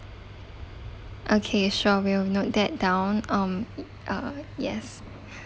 okay sure we'll note that down um uh yes